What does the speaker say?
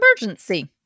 emergency